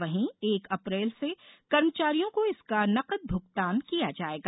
वहीं एक अप्रैल से कर्मचारियों को इसका नकद भुगतान किया जायेगा